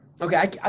Okay